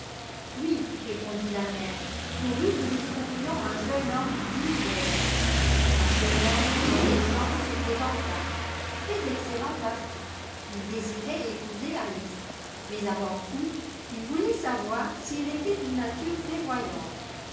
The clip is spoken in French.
oui répondit la mère pourvu que nous trouvions un jeune homme digne d'elle un jeune homme nommé jean se présenta très excellent parti il désirait épouser alice mais avant tout il voulait savoir si elle était d'une nature prévoyante